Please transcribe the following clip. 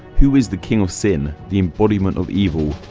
who is the king of sin, the embodiment of evil,